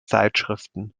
zeitschriften